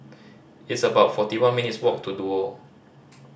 it's about forty one minutes' walk to Duo